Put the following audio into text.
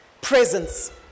presence